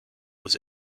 was